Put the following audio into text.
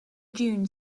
dune